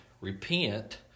Repent